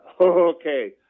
Okay